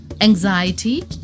anxiety